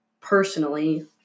Personally